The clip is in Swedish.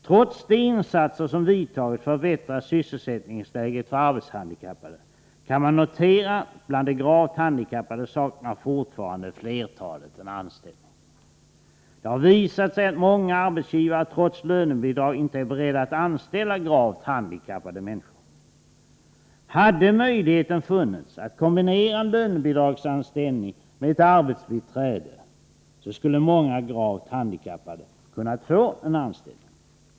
Trots de insatser som vidtagits för att förbättra sysselsättningsläget för arbetshandikappade kan man notera att bland de gravt handikappade saknar fortfarande flertalet en anställning. Det har visat sig att många arbetsgivare trots lönebidrag inte är beredda att anställa gravt handikappade människor. Hade möjligheten funnits att kombinera en lönebidragsanställning med ett arbetsbiträde, skulle många gravt handikappade ha kunnat få en anställning.